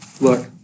look